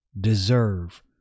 deserve